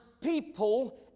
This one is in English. people